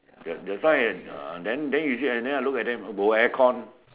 that that's why and then then you say and then I look at them uh bo aircon